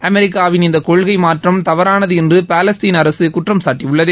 அமெரிக்காவின் இந்த கொள்கை மாற்றம் தவறானது என்று பாலஸ்தீன அரசு குற்றம்சாட்டியுள்ளது